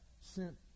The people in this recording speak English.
sent